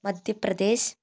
Madhya Pradesh